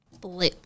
Blue